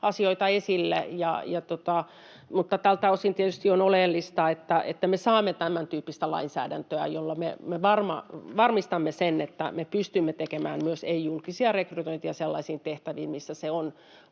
asioita esille. Mutta tältä osin tietysti on oleellista, että me saamme tämäntyyppistä lainsäädäntöä, jolla me varmistamme sen, että me pystymme tekemään myös ei-julkisia rekrytointeja sellaisiin tehtäviin, missä se on